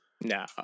no